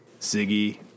Ziggy